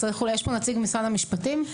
יש פה נציג משרד המשפטים?